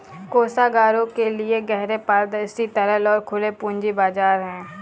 कोषागारों के लिए गहरे, पारदर्शी, तरल और खुले पूंजी बाजार हैं